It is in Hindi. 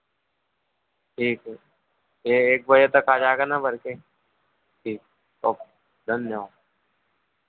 ठीक है ये एक बजे तक आ जाएगा ना वर्कर ठीक ओके धन्यवाद